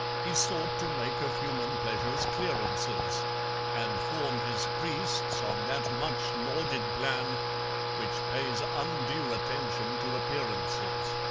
he sought to make of human pleasures clearances and form his priests on that much-lauded plan which pays undue attention to appearances.